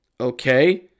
Okay